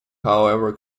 however